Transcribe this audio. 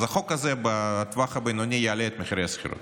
אז החוק הזה בטווח הבינוני יעלה את מחירי השכירות.